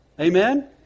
Amen